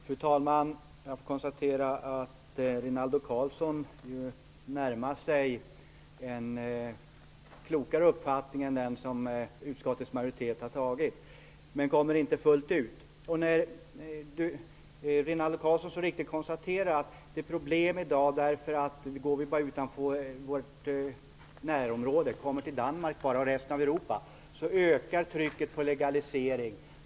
Fru talman! Jag konstaterar att Rinaldo Karlsson nu närmat sig en klokare uppfattning än den som utskottets majoritet står för. Men han har inte närmat sig fullt ut. Som Rinaldo Karlsson så riktigt säger finns det problem i dag. Vi behöver bara komma till Danmark eller resten av Europa, så ökar trycket på legalisering.